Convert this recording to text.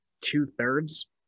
two-thirds